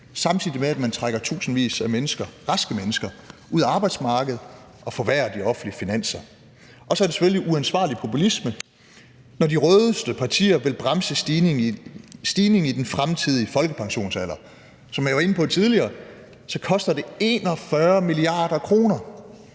samtidig med at man trækker tusindvis af mennesker, raske mennesker, ud af arbejdsmarkedet og forværrer de offentlige finanser. Og så er det selvfølgelig uansvarlig populisme, når de rødeste partier vil bremse stigningen i den fremtidige folkepensionsalder. Som jeg var inde på tidligere, koster det 41 mia. kr.